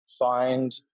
Find